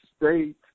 state